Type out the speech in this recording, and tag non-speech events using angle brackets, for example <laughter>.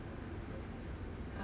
夜店 <laughs>